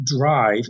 drive